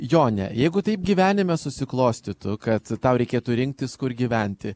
jone jeigu taip gyvenime susiklostytų kad tau reikėtų rinktis kur gyventi